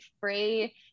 free